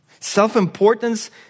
Self-importance